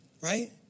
Right